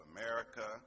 America